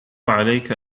عليك